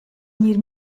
gnir